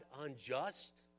unjust